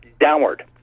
downward